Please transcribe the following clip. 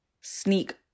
sneak